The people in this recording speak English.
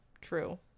True